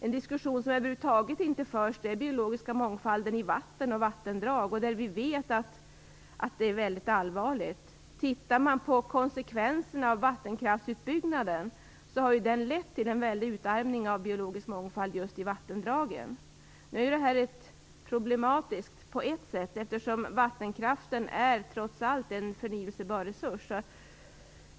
En diskussion som över huvud taget inte förs är den biologiska mångfalden i vatten och vattendrag, där vi vet att situationen är allvarlig. Vattenkraftsutbyggnaden har ju lett till en väldig utarmning av den biologiska mångfalden i just vattendragen. Detta är problematiskt, eftersom vattenkraften trots allt är en förnyelsebar resurs.